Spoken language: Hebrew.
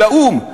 של האו"ם,